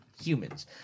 humans